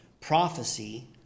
prophecy